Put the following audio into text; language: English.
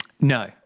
No